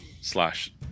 slash